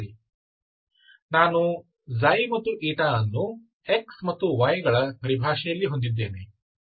ಹಾಗಾಗಿ ನಾನು ξ ಮತ್ತು η ಅನ್ನು x ಮತ್ತು y ಗಳ ಪರಿಭಾಷೆಯಲ್ಲಿ ಹೊಂದಿದ್ದೇನೆ